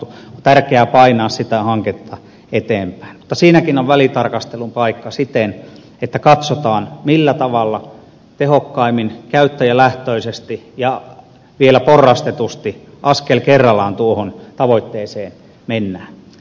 tärkeää on painaa sitä hanketta eteenpäin mutta siinäkin on välitarkastelun paikka siten että katsotaan millä tavalla tehokkaimmin käyttäjälähtöisesti ja vielä porrastetusti askel kerrallaan tuohon tavoitteeseen mennään